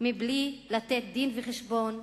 מבלי לתת דין-וחשבון,